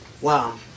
Wow